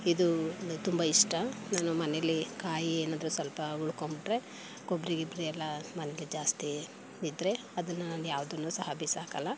ಇದು ಒಂದು ತುಂಬ ಇಷ್ಟ ನಾನು ಮನೆಯಲ್ಲಿ ಕಾಯಿ ಏನಾದ್ರೂ ಸ್ವಲ್ಪ ಉಳ್ಕೊಂಡ್ಬಿಟ್ರೆ ಕೊಬ್ಬರಿ ಗಿಬ್ರಿ ಎಲ್ಲ ಮನೆಯಲ್ಲಿ ಜಾಸ್ತಿ ಇದ್ದರೆ ಅದನ್ನು ನಾನು ಯಾವುದನ್ನು ಸಹ ಬಿಸಾಕೋಲ್ಲ